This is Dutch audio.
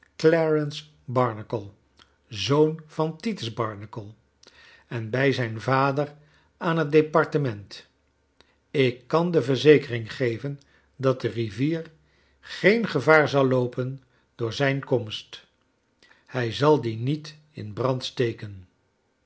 barnacle zoon van titus barnacle en bij zijn vader aan het departement ik kan de verzekering geven dat de rivier geen gevaar za loopen door zijn komst hij zal die niet in brand steken